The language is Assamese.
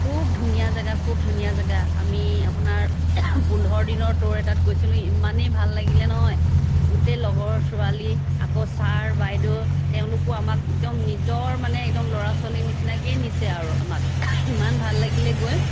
খুব ধুনীয়া জেগা খুব ধুনীয়া জেগা আমি আপোনাৰ পোন্ধৰ দিনৰ ট'ৰ এটাত গৈছিলো ইমানেই ভাল লাগিলে নহয় গোটেই লগৰ ছোৱালী আকৌ ছাৰ বাইদ' তেওঁলোকো আমাক একদম নিজৰ মানে একদম ল'ৰা ছোৱালীৰ নিচিনাকেই নিছে আৰু আমাক ইমান ভাল লাগিলে গৈ